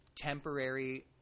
temporary